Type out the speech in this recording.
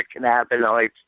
cannabinoids